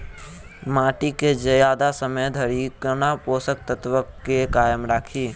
माटि केँ जियादा समय धरि कोना पोसक तत्वक केँ कायम राखि?